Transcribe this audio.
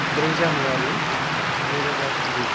ब्रै जानुवारी नैरोजा गु